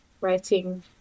writing